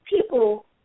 people